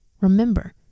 Remember